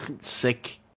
sick